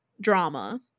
drama